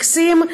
זה מקסים.